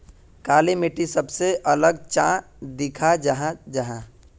काली मिट्टी सबसे अलग चाँ दिखा जाहा जाहा?